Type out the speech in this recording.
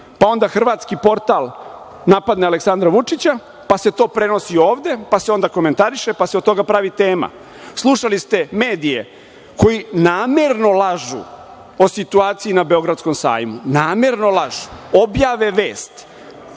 pa onda, hrvatski „Portal“ napadne Aleksandra Vučića, pa se to prenosi ovde, pa se onda komentariše, pa se od toga pravi tema. Slušali ste medije koji namerno lažu o situaciji na beogradskom „Sajmu“. Namerno lažu, objave vest